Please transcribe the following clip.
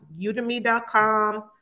udemy.com